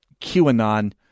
QAnon